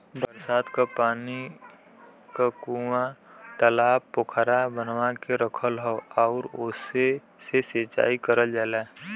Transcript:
बरसात क पानी क कूंआ, तालाब पोखरा बनवा के रखल हौ आउर ओसे से सिंचाई करल जाला